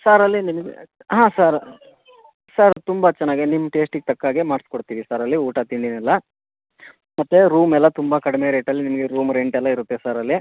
sir ಅಲ್ಲಿ ನಿಮಗೆ ಹಾಂ ಸಾರ್ ಸರ್ ತುಂಬ ಚೆನ್ನಾಗಿ ನಿಮ್ಮ ಟೇಸ್ಟಿಗೆ ತಕ್ಕ ಹಾಗೆ ಮಾಡ್ಸಿಕೊಡ್ತೀವಿ ಸರ್ ಅಲ್ಲಿ ಊಟ ತಿಂಡಿನೆಲ್ಲ ಮತ್ತು ರೂಮ್ ಎಲ್ಲ ತುಂಬ ಕಡಿಮೆ ರೇಟಲ್ಲಿ ನಿಮಗೆ ರೂಮ್ ರೆಂಟ್ ಎಲ್ಲ ಇರುತ್ತೆ ಸರ್ ಅಲ್ಲಿ